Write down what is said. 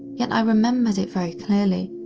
yet i remembered it very clearly.